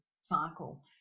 cycle